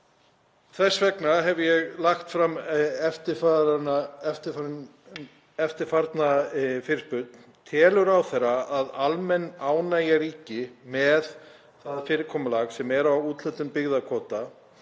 Þess vegna hef ég lagt fram eftirfarandi fyrirspurn: Telur ráðherra að almenn ánægja ríki með það fyrirkomulag sem er á úthlutun byggðakvóta,